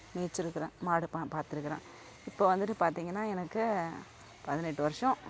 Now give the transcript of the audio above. மேய்ச்சிருக்குறேன் மாடு பா பார்த்துக்குறேன் இப்போ வந்துட்டு பார்த்திங்கனா எனக்கு பதினெட்டு வருஷோம்